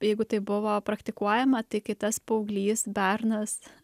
jeigu tai buvo praktikuojama tai kai tas paauglys bernas